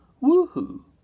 Woo-Hoo